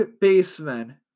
baseman